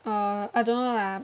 uh I don't know lah